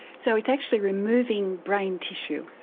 so it's actually removing brain tissue?